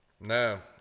No